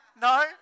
no